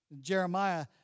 Jeremiah